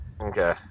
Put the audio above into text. Okay